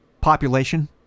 population